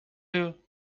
you